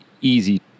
easy